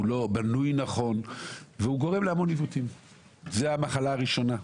זו המחלה הראשונה.